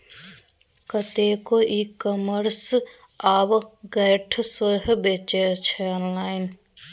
कतेको e commerce आब गोयठा सेहो बेचै छै आँनलाइन